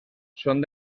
són